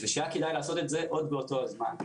ושהיה כדאי לעשות את זה עוד באותו הזמן.